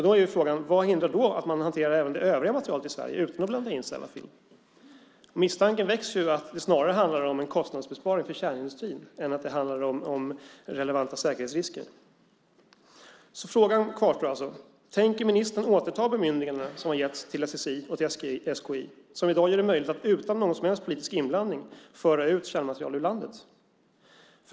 Då är frågan: Vad hindrar då att man hanterar även det övriga materialet i Sverige utan att blanda in Sellafield? Misstanken växer om att det snarare handlar om en kostnadsbesparing för kärnindustrin än om relevanta säkerhetsrisker. Frågan kvarstår alltså: Tänker ministern återta bemyndigandena, som har getts till SSI och SKI, som i dag gör det möjligt att utan någon som helst politisk inblandning föra ut kärnmaterial ur landet?